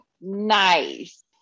Nice